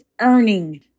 earning